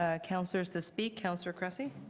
ah councillors to speak? councillor cressy?